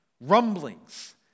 rumblings